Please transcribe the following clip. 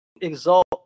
exalt